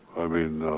i mean,